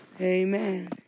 amen